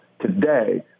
Today